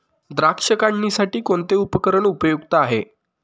द्राक्ष काढणीसाठी कोणते उपकरण उपयुक्त आहे?